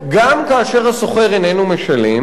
גם כאשר השוכר איננו משלם.